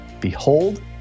Behold